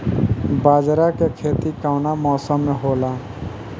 बाजरा के खेती कवना मौसम मे होला?